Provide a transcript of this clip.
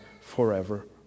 forever